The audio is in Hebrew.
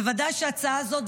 בוודאי שההצעה הזאת,